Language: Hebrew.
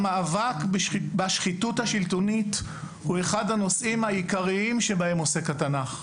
המאבק בשחיתות השלטונית הוא אחד הנושאים העיקריים שבהם עוסק התנ״ך.